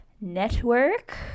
network